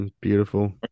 beautiful